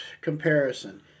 comparison